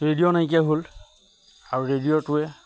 radio নাইকিয়া হ'ল আৰু ৰেডিঅ'টোৱে